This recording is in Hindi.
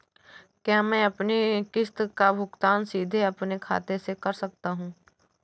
क्या मैं अपनी किश्त का भुगतान सीधे अपने खाते से कर सकता हूँ?